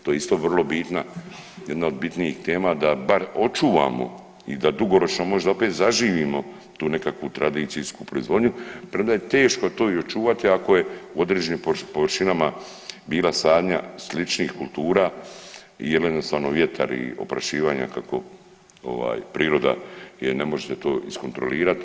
To je isto vrlo bitna, jedna od bitnijih tema da bar očuvamo i da dugoročno možda opet zaživimo tu nekakvu tradicijsku proizvodnju, premda je teško to i očuvati ako je u određenim površinama bila sadnja sličnih kultura i jednostavno vjetar i oprašivanja kako je priroda, jer ne možete to iskontrolirati.